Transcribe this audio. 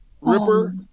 Ripper